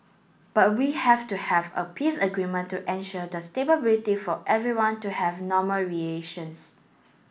but we have to have a peace agreement to assure the stability for everyone to have normal relations